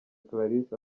clarisse